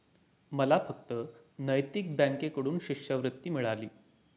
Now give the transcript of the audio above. मला फक्त नैतिक बँकेकडून शिष्यवृत्ती मिळाली